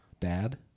dad